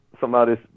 somebody's